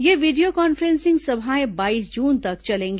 यह video conferencing सभाएं बाईस जून तक चलेंगी